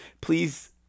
Please